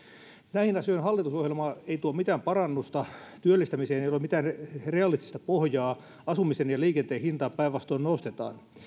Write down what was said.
näihin asioihin hallitusohjelma ei tuo mitään parannusta työllistämiseen ei ole mitään realistista pohjaa asumisen ja liikenteen hintaa päinvastoin nostetaan